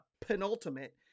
penultimate